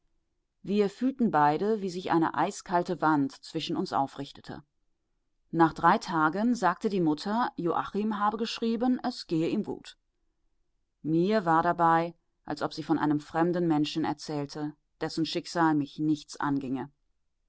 wir fühlten beide wie sich eine eiskalte wand zwischen uns aufrichtete nach drei tagen sagte die mutter joachim habe geschrieben es gehe ihm gut mir war dabei als ob sie von einem fremden menschen erzählte dessen schicksal mich nichts angehe